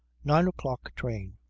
nine o'clock train.